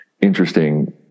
interesting